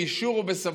באישור ובסמכות.